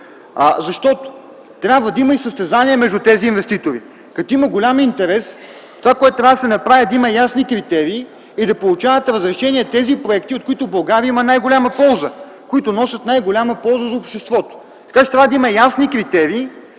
термин. Трябва да има състезание между тези инвеститори. Когато има голям интерес, това, което трябва да се направи, е да има ясни критерии и да получават разрешение проектите, от които България има най-голяма полза и носят най-голяма полза за обществото. Трябва да има ясни критерии